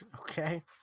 Okay